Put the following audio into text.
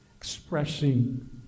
expressing